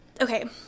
Okay